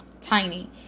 tiny